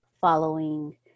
following